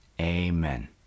amen